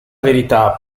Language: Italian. verità